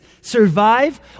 survive